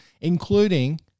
including